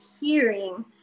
hearing